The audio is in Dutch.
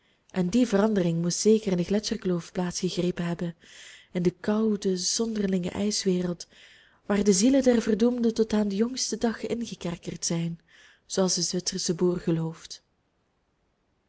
en die verandering moest zeker in de gletscherkloof plaats gegrepen hebben in de koude zonderlinge ijswereld waar de zielen der verdoemden tot aan den jongsten dag ingekerkerd zijn zooals de zwitsersche boer gelooft